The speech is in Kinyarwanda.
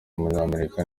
w’umunyamerika